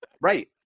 Right